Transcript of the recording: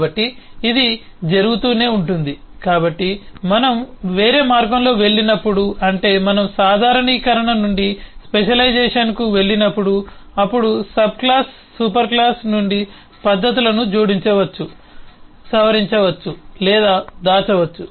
కాబట్టి ఇది జరుగుతూనే ఉంటుంది కాబట్టి మనం వేరే మార్గంలో వెళ్ళినప్పుడు అంటే మనం సాధారణీకరణ నుండి స్పెషలైజేషన్కు వెళ్ళినప్పుడు అప్పుడు సబ్క్లాస్ సూపర్ క్లాస్ నుండి పద్ధతులను జోడించవచ్చు సవరించవచ్చు లేదా దాచవచ్చు